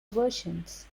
versions